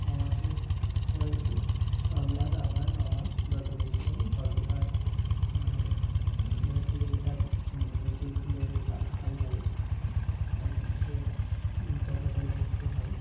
ছ মাসের পরের দিয়ে সাত মাস আট মাস ন মাস যত বেশি হবে তত তার মানে বেসিক্যালি তার জেনেটিক লেভেলটা হাই হবে আর সে ততটাই প্রস্তুত হবে